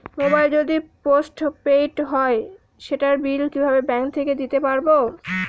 Mobile যদি postpaid হয় সেটার বিল কিভাবে ব্যাংক থেকে দিতে পারব?